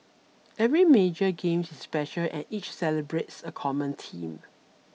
every major games is special and each celebrates a common theme